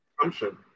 consumption